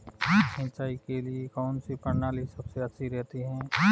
सिंचाई के लिए कौनसी प्रणाली सबसे अच्छी रहती है?